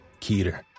Keter